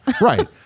Right